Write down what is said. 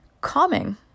calming